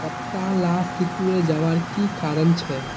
पत्ताला सिकुरे जवार की कारण छे?